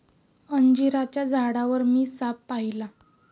अंजिराच्या झाडावर मी साप पाहिला